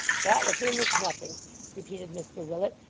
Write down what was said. that with him is nothing repeated mr willet,